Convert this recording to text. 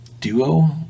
Duo